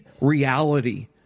reality